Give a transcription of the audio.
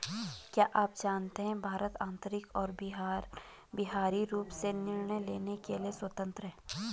क्या आप जानते है भारत आन्तरिक और बाहरी रूप से निर्णय लेने के लिए स्वतन्त्र है?